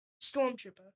Stormtrooper